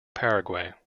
paraguay